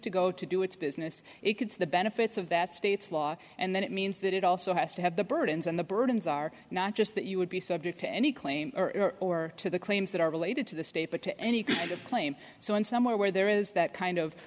to go to do its business it could see the benefits of that state's law and then it means that it also has to have the burdens and the burdens are not just that you would be subject to any claim or to the claims that are related to the state but to any kind of claim so in somewhere where there is that kind of